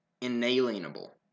inalienable